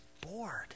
bored